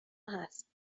هست